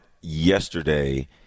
yesterday